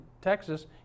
Texas